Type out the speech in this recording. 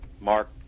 Mark